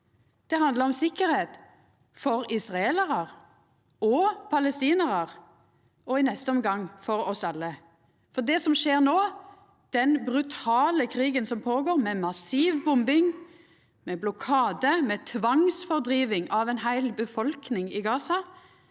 Det handlar om sikkerheit for israelarar og for palestinarar og i neste omgang for oss alle. For det som skjer no, den brutale krigen som finn stad – med massiv bombing, med blokade, med tvangsfordriving av ei heil befolkning i Gaza